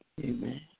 Amen